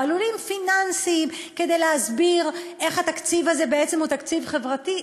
פעלולים פיננסיים כדי להסביר איך התקציב הזה בעצם הוא תקציב חברתי.